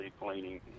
cleaning